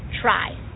try